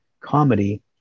comedy